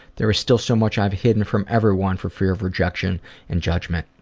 there is still so much i have hidden from everyone for fear of rejection and judgment.